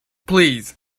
please